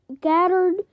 gathered